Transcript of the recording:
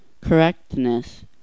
correctness